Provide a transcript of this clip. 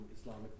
Islamic